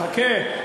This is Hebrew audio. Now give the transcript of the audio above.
חכה.